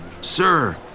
Sir